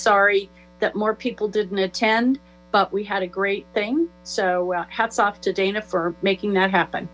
sorry that more people didn't attend but we had a great thing so hats off to dana for making that happen